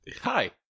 Hi